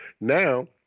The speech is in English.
now